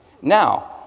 now